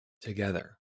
together